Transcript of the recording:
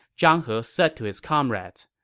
zhang he said to his comrades,